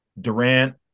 Durant